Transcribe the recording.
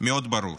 מאוד ברור.